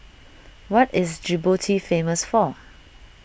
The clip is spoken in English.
what is Djibouti famous for